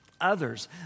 others